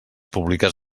públiques